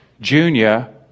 Junior